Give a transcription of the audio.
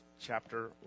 chapter